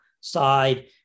side